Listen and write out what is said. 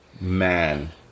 Man